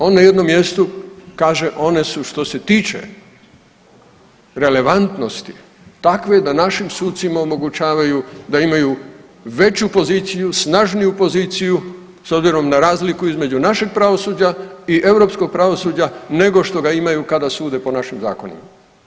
On na jednom mjestu kaže, one su što se tiče relevantnosti takve da našim sucima omogućavaju da imaju veću poziciju, snažniju poziciju s obzirom na razliku između našeg pravosuđa i europskog pravosuđa nego što ga imaju kada sude po našim zakonima.